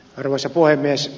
arvoisa puhemies